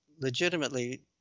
legitimately